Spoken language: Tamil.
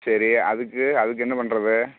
சரி அதுக்கு அதுக்கு என்ன பண்ணுறது